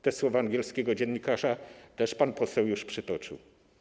Te słowa angielskiego dziennikarza też pan poseł już przytoczył.